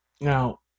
now